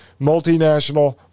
multinational